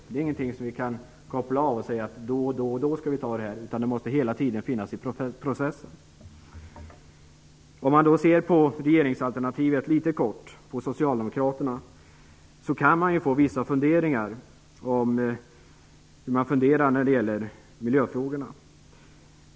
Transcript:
Detta är ingenting som vi kan koppla av genom att säga att vi då och då skall göra detta, utan det måste hela tiden finnas i processen. Om man litet kort ser på socialdemokraternas alternativ kan man få vissa funderingar om hur de resonerar när det gäller miljöfrågorna.